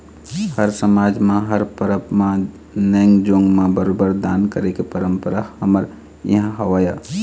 हर समाज म हर परब म नेंग जोंग म बरोबर दान करे के परंपरा हमर इहाँ हवय